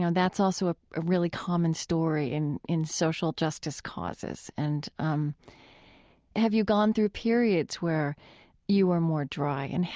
and that's also a ah really common story in in social justice causes. and um have you gone through periods where you were more dry? and,